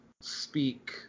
speak